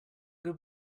good